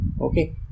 Okay